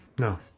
No